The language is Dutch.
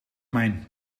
mijn